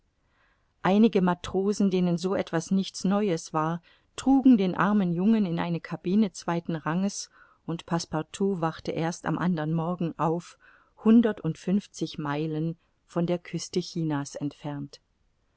einige matrosen denen so etwas nichts neues war trugen den armen jungen in eine cabine zweiten ranges und passepartout wachte erst am andern morgen auf hundertundfünfzig meilen von der küste china's entfernt